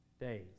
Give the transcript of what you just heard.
days